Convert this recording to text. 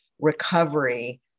recovery